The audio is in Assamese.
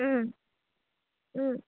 ও ও